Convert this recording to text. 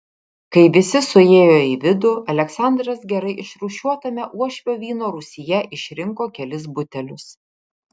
kai visi suėjo į vidų aleksandras gerai išrūšiuotame uošvio vyno rūsyje išrinko kelis butelius